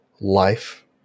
life